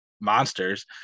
monsters